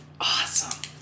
Awesome